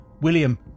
William